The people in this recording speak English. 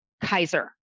Kaiser